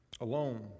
Alone